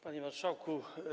Panie Marszałku!